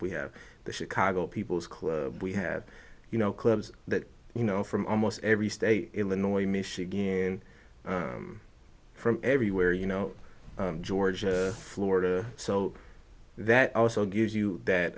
we have the chicago people's club we have you know clubs that you know from almost every state illinois michigan from everywhere you know georgia florida so that also gives you that